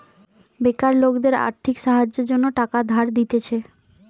বেকার লোকদের আর্থিক সাহায্যের জন্য টাকা ধার দিতেছে